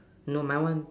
no my [one]